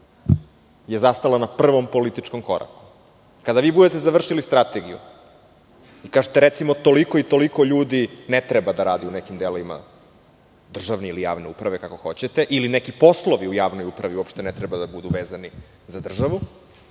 je zastala na prvom političkom koraku. Kada vi budete završili strategiju i kažete, recimo - toliko i toliko ljudi ne treba da radi u nekim delovima državne ili javne uprave, kako hoćete, ili neki poslovi u javnoj upravi uopšte ne treba da budu vezani za državu,